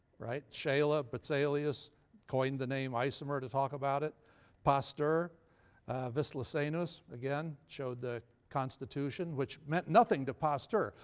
right? scheele ah but so berzelius coined the name isomer to talk about it pasteur wislicenus again showed the constitution which meant nothing to pasteur.